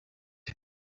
rev